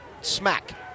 smack